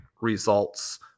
results